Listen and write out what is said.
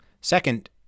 Second